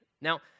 Now